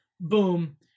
boom